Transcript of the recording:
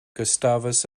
gustavus